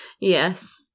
Yes